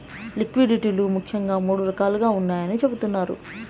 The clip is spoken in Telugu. లిక్విడిటీ లు ముఖ్యంగా మూడు రకాలుగా ఉన్నాయని చెబుతున్నారు